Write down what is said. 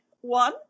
one